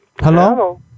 Hello